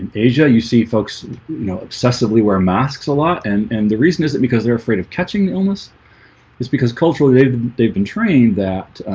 asia, you see folks know obsessively wear masks a lot and and the reason is it because they're afraid of catching illness is because culturally they've they've been trained that